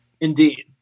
Indeed